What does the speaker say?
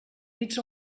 dits